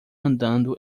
andando